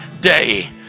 day